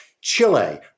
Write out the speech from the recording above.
Chile